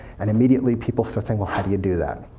and immediately people start saying, well, how do you do that?